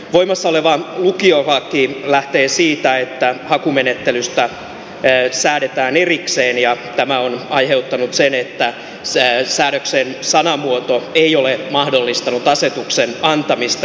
voimassa oleva lukiolaki lähtee siitä että hakumenettelystä säädetään erikseen ja tämä on aiheuttanut sen että säädöksen sanamuoto ei ole mahdollistanut asetuksen antamista